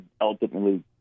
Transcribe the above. ultimately